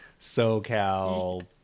SoCal